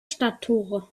stadttore